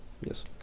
Yes